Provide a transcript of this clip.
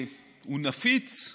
הוא נפיץ,